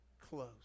close